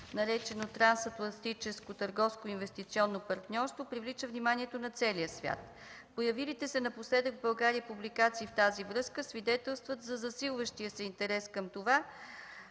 наречено „Трансатлантическо търговско инвестиционно партньорство” привлича вниманието на целия свят. Появилите се напоследък в България публикации в тази връзка свидетелстват за засилващия се интерес към това